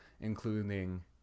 including